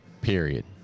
period